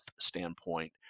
standpoint